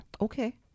Okay